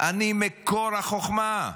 אני מקור החוכמה,